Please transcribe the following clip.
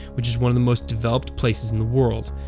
which is one of the most-developed places in the world,